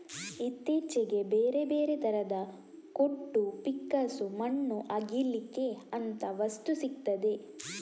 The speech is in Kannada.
ಇತ್ತೀಚೆಗೆ ಬೇರೆ ಬೇರೆ ತರದ ಕೊಟ್ಟು, ಪಿಕ್ಕಾಸು, ಮಣ್ಣು ಅಗೀಲಿಕ್ಕೆ ಅಂತ ವಸ್ತು ಸಿಗ್ತದೆ